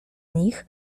nich